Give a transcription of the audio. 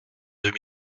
deux